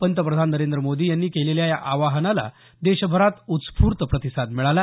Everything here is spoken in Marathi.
पंतप्रधान नरेंद्र मोदी यांनी केलेल्या या आवाहनाला देशभरात उस्फूर्त प्रतिसाद मिळाला